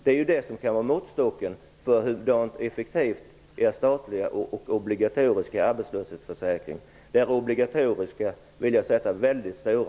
Det kan ju vara ett mått på hur effektiv er statliga "obligatoriska" arbetslöshetsförsäkring är.